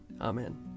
Amen